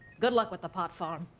good luck with the pot farm.